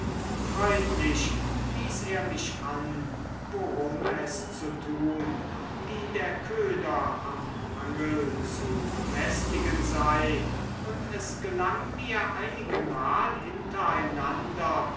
freundlich wies er mich an worum es zu tun wie der köder am angel zu befestigen sei und es gelang mir einigemal hintereinander